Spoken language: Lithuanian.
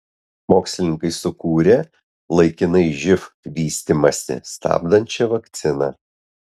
mokslininkai sukūrė laikinai živ vystymąsi stabdančią vakciną